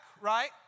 right